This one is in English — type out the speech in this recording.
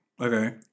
Okay